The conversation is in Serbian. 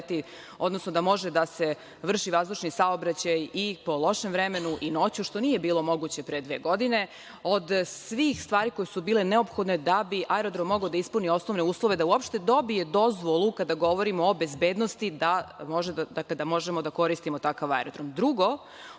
odnosno da može da se vrši vazdušni saobraćaj i po lošem vremenu i noću što nije bilo moguće pre dve godine. Od svih stvari koje su bile neophodne da bi aerodrom mogao da ispuni osnovne uslove da uopšte dobije dozvolu, kada govorimo o bezbednosti, da možemo da koristimo takav aerodrom. Drugo,